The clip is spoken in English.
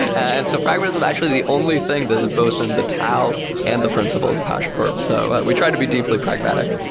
and so pragmatism, actually the only thing that is both in the tao and the principles of hashicorp. so we try to be deeply pragmatic.